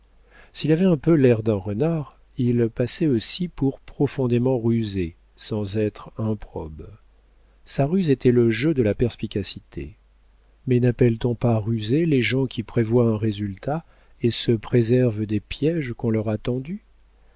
s'il avait un peu l'air d'un renard il passait aussi pour profondément rusé sans être improbe sa ruse était le jeu de la perspicacité mais nappelle t on pas rusés les gens qui prévoient un résultat et se préservent des piéges qu'on leur a tendus